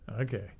Okay